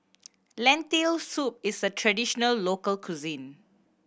Lentil Soup is a traditional local cuisine